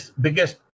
biggest